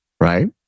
Right